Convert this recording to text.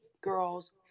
girls